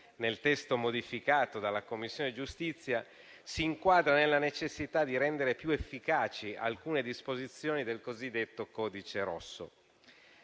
nel testo modificato dalla Commissione giustizia si inquadra nella necessità di rendere più efficaci alcune disposizioni del cosiddetto codice rosso.